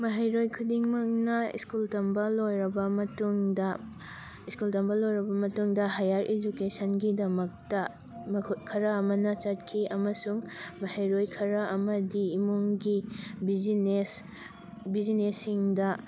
ꯃꯍꯩꯔꯣꯏ ꯈꯨꯗꯤꯡꯃꯛꯅ ꯁ꯭ꯀꯨꯜ ꯇꯝꯕ ꯂꯣꯏꯔꯕ ꯃꯇꯨꯡꯗ ꯁ꯭ꯀꯨꯜ ꯇꯝꯕ ꯂꯣꯏꯔꯕ ꯃꯇꯨꯡꯗ ꯍꯥꯏꯌꯥꯔ ꯏꯖꯨꯀꯦꯁꯟꯒꯤꯗꯃꯛꯇ ꯃꯈꯣꯏ ꯈꯔ ꯑꯃꯅ ꯆꯠꯈꯤ ꯑꯃꯁꯨꯡ ꯃꯍꯩꯔꯣꯏ ꯈꯔ ꯑꯃꯗꯤ ꯏꯃꯨꯡꯒꯤ ꯕꯤꯖꯤꯅꯦꯁ ꯕꯤꯖꯤꯅꯦꯁꯁꯤꯡꯗ